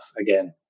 Again